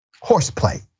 horseplay